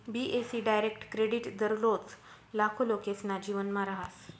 बी.ए.सी direct credit दररोज लाखो लोकेसना जीवनमा रहास